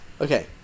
Okay